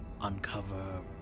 uncover